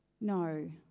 no